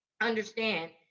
understand